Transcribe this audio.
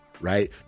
right